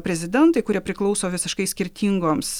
prezidentai kurie priklauso visiškai skirtingoms